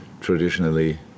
traditionally